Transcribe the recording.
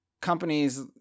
companies